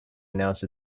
announce